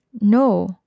No